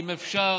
אם אפשר